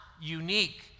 unique